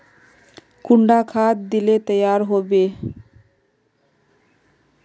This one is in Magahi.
कुंडा खाद दिले तैयार होबे बे?